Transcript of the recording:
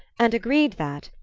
and agreed that,